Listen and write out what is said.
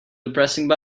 depressing